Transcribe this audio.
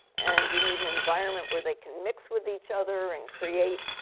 and you need an environment where they can mix with each other and create.